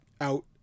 out